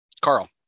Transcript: Carl